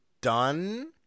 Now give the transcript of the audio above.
done